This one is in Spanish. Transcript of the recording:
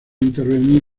intervenir